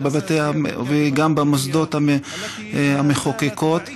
וגם במוסדות המחוקקים,